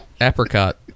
Apricot